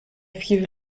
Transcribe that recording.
viel